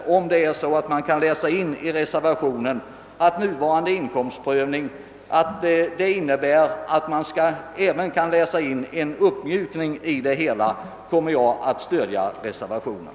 Om det är så att man kan läsa in i reservationen att en uppmjukning av den nuvarande inkomstprövningen bör ske, kommer jag att stödja reservationen.